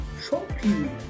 Shopping